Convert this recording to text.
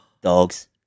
Dogs